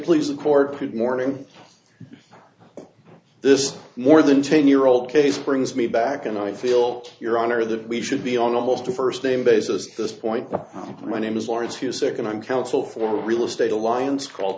please the court could morning this more than ten year old case brings me back and i feel your honor that we should be on almost a first name basis this point my name is laura two second i'm counsel for real estate alliance called